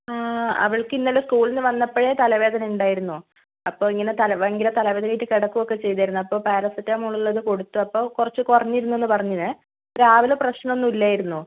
അവള്ക്ക് ഇന്നലെ സ്കൂളില് നിന്ന് വന്നപ്പോഴേ തലവേദന ഉണ്ടായിരുന്നു അപ്പോൾ ഇങ്ങനെ തലവേ ഭയങ്കര തലവേദന ആയിട്ട് കിടക്കുവൊക്കെ ചെയ്തിരുന്നു അപ്പോൾ പാരസെറ്റമോൾ ഉള്ളത് കൊടുത്തു അപ്പോൾ കുറച്ച് കുറഞ്ഞിരുന്നു എന്ന് പറഞ്ഞിന് രാവിലെ പ്രശ്നം ഒന്നും ഇല്ലായിരുന്നു